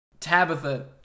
Tabitha